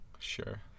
Sure